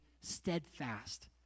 steadfast